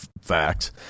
fact